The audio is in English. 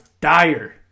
Dire